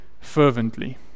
fervently